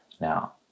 Now